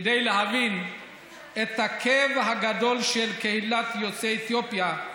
כדי להבין את הכאב הגדול של קהילת יוצאי אתיופיה,